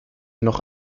noch